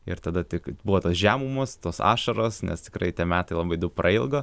ir tada tik buvo tos žemumos tos ašaros nes tikrai tie metai labai daug prailgo